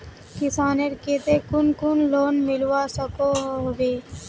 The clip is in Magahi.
किसानेर केते कुन कुन लोन मिलवा सकोहो होबे?